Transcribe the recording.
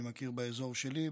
אני מכיר באזור שלי,